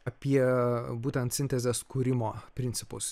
apie būtent sintezės kūrimo principus